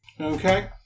Okay